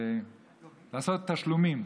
לעשות תשלומים?